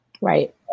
Right